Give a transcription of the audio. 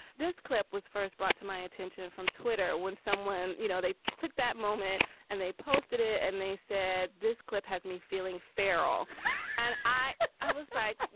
this clip was first brought to my attention from twitter. when someone, you know, they took that moment and they posted it and they said, this clip has me feeling feral and i i was like,